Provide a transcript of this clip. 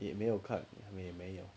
也没有看也没有